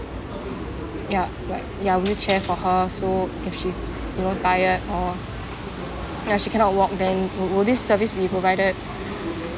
ya like ya wheelchair for her so if she's you know tired or ya she cannot walk then wi~ will this service be provided